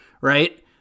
right